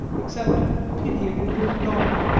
except the pity of the good god?